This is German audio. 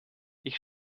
ich